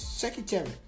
Secretary